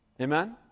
Amen